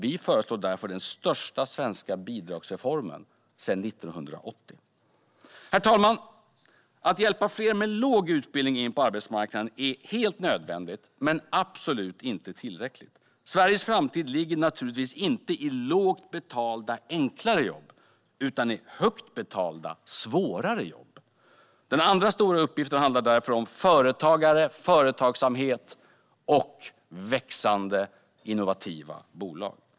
Vi föreslår därför den största svenska bidragsreformen sedan 1980. Herr talman! Att hjälpa fler med låg utbildning in på arbetsmarknaden är helt nödvändigt men absolut inte tillräckligt. Sveriges framtid ligger naturligtvis inte i lågt betalda enklare jobb utan i högt betalda svårare jobb. Den andra stora uppgiften handlar därför om företagare, företagsamhet och växande innovativa bolag.